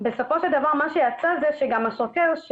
בסופו של דבר מה שיצא זה שגם השוטר,